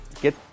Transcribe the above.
get